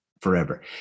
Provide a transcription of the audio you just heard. Forever